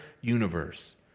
universe